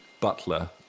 butler